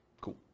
Cool